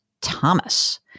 Thomas